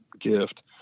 gift